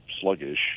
sluggish